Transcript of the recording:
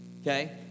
okay